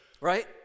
right